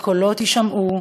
הקולות יישמעו,